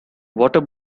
water